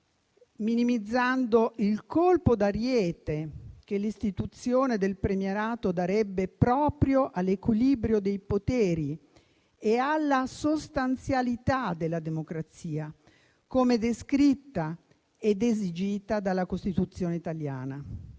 semplicemente il colpo d'ariete che l'istituzione del premierato darebbe proprio all'equilibrio dei poteri e alla sostanzialità della democrazia come descritta ed esigita dalla Costituzione italiana.